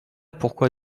pourquoi